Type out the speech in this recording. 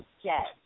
yes